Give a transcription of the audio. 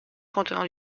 contenant